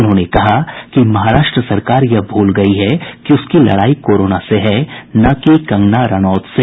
उन्होंने कहा कि महाराष्ट्र सरकार यह भूल गयी है कि उसकी लड़ाई कोरोना से है न कि कंगना रानौत से